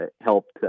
helped